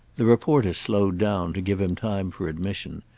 the reporter slowed down, to give him time for admission,